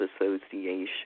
Association